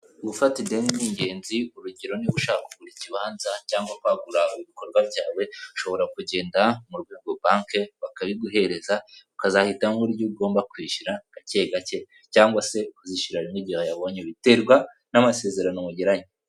Gufata ideni ni ingenzi urugero niba ushaka kugura ikibanza cyangwa kwagura ibikorwa byawe ushobora kugenda mu rwego banke bakayiguhereza ukazahitamo uburyo ugomba kwishyura gake gake, cyangwa se ukazishyurira rimwe igihe wayabonye biterwa n'amasezerano mugiranye.